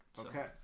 Okay